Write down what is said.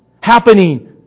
happening